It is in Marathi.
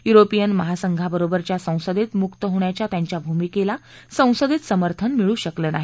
युरोपियन महासंघा बरोबरच्या संसदेत मुक्त् होण्याच्या त्यांच्या भूमिकेला संसदेत समर्थन मिळू शकत नाही